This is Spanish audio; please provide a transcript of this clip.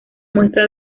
muestra